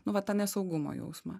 nu vat tą nesaugumo jausmą